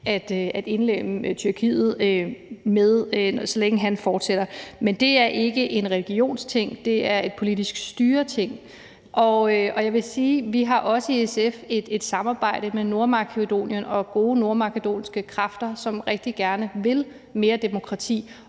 at indlemme Tyrkiet, så længe han fortsætter. Men det er ikke en religionsting; det handler om et politisk styre. Jeg vil også sige, at vi i SF har et samarbejde med Nordmakedonien og gode nordmakedonske kræfter, som rigtig gerne vil mere demokrati,